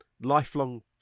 lifelong